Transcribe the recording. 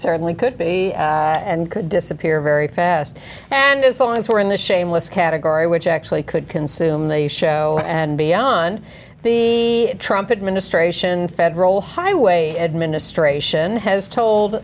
certainly could be and could disappear very fast and as long as we're in the shameless category which actually could consume the show and beyond the trumpet ministration federal highway administration has told